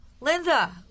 Linda